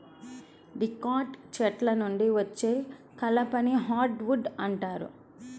dicot చెట్ల నుండి వచ్చే కలపని హార్డ్ వుడ్ అంటారు